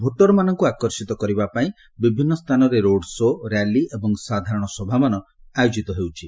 ଭୋଟର୍ମାନଙ୍କୁ ଆକର୍ଷିତ କରିବାପାଇଁ ବିଭିନ୍ନ ସ୍ଥାନରେ ରୋଡ୍ ଶୋ' ର୍ୟାଲି ଏବଂ ସାଧାରଣ ସଭାମାନ ଆୟୋଜନ ହେଉଛି